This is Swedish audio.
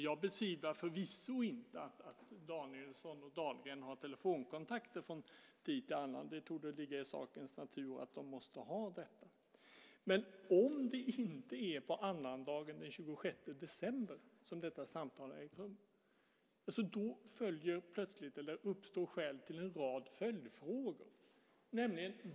Jag betvivlar förvisso inte att Danielsson och Dahlgren har telefonkontakter från tid till annan. Det torde ligga i sakens natur att de måste ha det. Men om det inte är på annandagen den 26 december som detta samtal har ägt rum så uppstår plötsligt skäl till en rad följdfrågor.